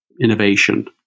innovation